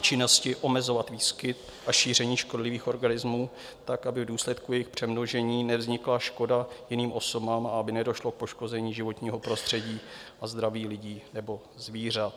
činnosti omezovat výskyt a šíření škodlivých organismů tak, aby v důsledku jejich přemnožení nevznikla škoda jiným osobám a aby nedošlo k poškození životního prostředí a zdraví lidí nebo zvířat.